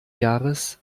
jahres